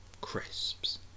crisps